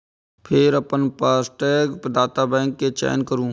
फेर अपन फास्टैग प्रदाता बैंक के चयन करू